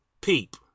Peep